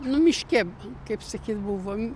nu miške kaip sakyt buvom